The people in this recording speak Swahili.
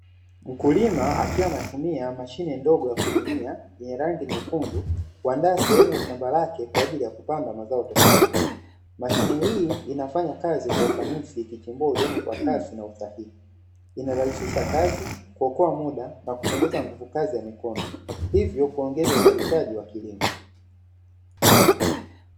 Mkulima akiwa anatumia mashine ndogo ya kulimia yenye rangi nyekundu, kuandaa sehemu ya shamba lake kwa ajili ya kupanda mazao tofauti. Mashine hii inafanya kazi kwa ufanisi ikichimbua udongo kwa kasi na usahihi ikirahiisha kazi, kuokoa muda na kupunguza nguvu kazi ya mikono hivyo kuongeza uzalishaji wa kilimo.